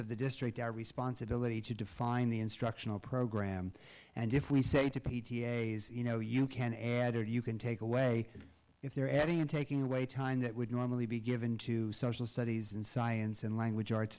of the district our responsibility to define the instructional program and if we say to p t a is you know you can add or you can take away if you're adding in taking away time that would normally be given to social studies and science and language arts